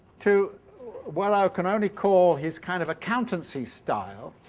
to what i can only call his kind of accountancy style,